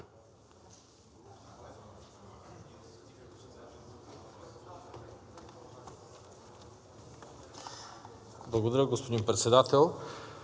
Благодаря, господин Председател.